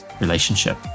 relationship